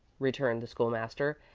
returned the school-master,